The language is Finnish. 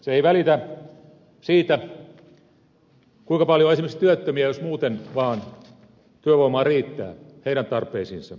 se ei välitä siitä kuinka paljon on esimerkiksi työttömiä jos muuten vaan työvoimaa riittää heidän tarpeisiinsa